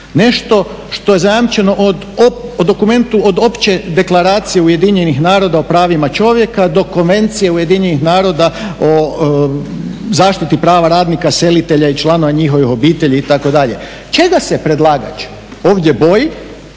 nešto što je zajamčeno u dokumentima, od Opće deklaracije UN-a o pravima čovjeka do Konvencije UN-a o zaštiti prava radnika, selitelja i članova njihovih obitelji itd. Čega se predlagač ovdje boji,